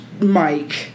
Mike